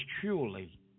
truly